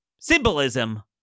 symbolism